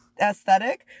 aesthetic